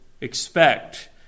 expect